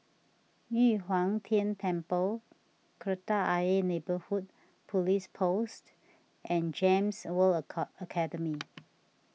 Yu Huang Tian Temple Kreta Ayer Neighbourhood Police Post and Gems World Academy